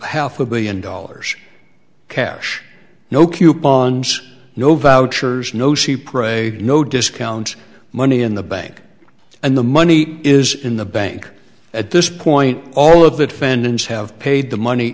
half a billion dollars cash no coupons no vouchers no she pray no discount money in the bank and the money is in the bank at this point all of the defendants have paid the money